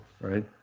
right